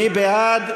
מי בעד?